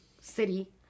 city